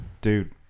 Dude